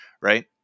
right